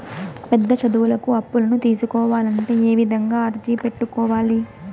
పెద్ద చదువులకు అప్పులను తీసుకోవాలంటే ఏ విధంగా అర్జీ పెట్టుకోవాలి?